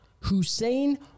Hussein